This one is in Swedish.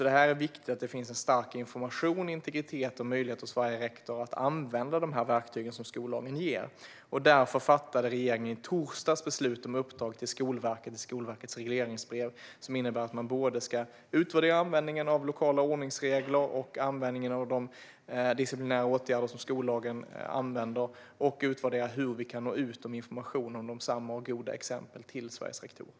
Det är viktigt att det finns information, integritet och möjlighet hos varje rektor att använda de verktyg som skollagen ger. Därför fattade regeringen i torsdags beslut om att i Skolverkets regleringsbrev ge ett uppdrag som innebär att man ska utvärdera både användningen av lokala ordningsregler och användningen av de disciplinära åtgärder som skollagen medger. Man ska också utvärdera hur vi kan nå ut med information om desamma och goda exempel till Sveriges rektorer.